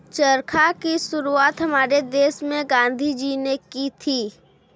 चरखा की शुरुआत हमारे देश में गांधी जी ने की थी